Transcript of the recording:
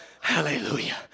Hallelujah